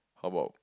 how about